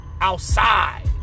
outside